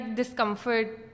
discomfort